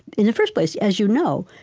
in the first place, as you know,